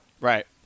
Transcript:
right